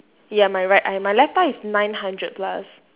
ya my right eye my left eye is nine hundred plus